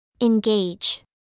Engage